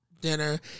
dinner